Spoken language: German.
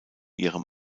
ihrem